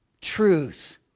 truth